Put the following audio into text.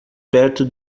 perto